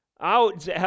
out